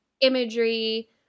imagery